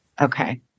Okay